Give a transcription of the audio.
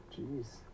Jeez